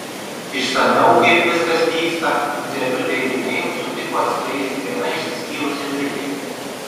išsamiau kaip viskas vyksta interviu daily mail sutiko atskleisti viena išsiskyrusi britė